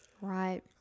right